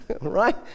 Right